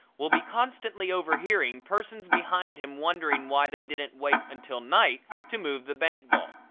will be constantly overhearing persons behind him wondering why they didn't wait until night to move the bank vault.